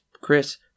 Chris